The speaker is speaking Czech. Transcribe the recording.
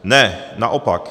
Ne, naopak.